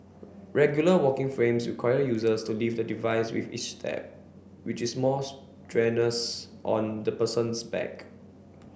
regular walking frames require users to lift the device with each step which is more strenuous on the person's back